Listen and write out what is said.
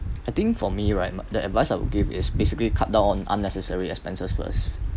I think for me right the advice I'd give is basically cut down on unnecessary expenses first